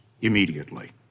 immediately